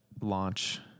launch